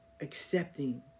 Accepting